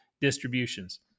distributions